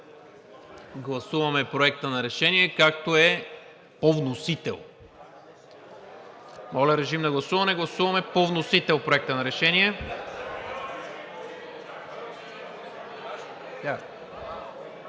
Гласуваме Проекта на решение, както е по вносител. Моля, режим на гласуване. Гласуваме Проекта на решение